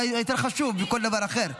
זה יותר חשוב מכל דבר אחר שנאמר.